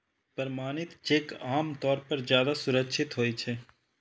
प्रमाणित चेक आम तौर पर ज्यादा सुरक्षित होइ छै